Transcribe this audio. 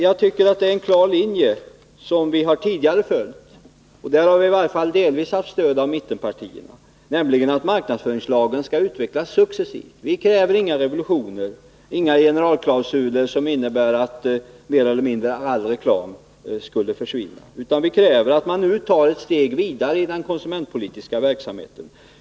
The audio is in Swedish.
Jag tycker att det är en klar linje, som vi har följt tidigare och där vi i varje fall delvis har haft stöd av mittenpartierna, nämligen att marknadsföringslagen skall utvecklas successivt. Vi kräver inga revolutioner och inga generalklausuler, som mer eller mindre innebär att all reklam skulle försvinna, utan vi kräver att man nu tar ett steg vidare i den konsumentpolitiska verksamheten.